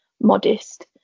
modest